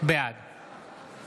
בעד המזכיר יקרא